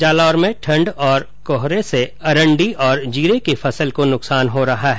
जालोर में ठण्ड और कोहरे से अरंडी और जीरे की फसल को नुकसान हो रहा है